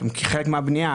כחלק מהבנייה.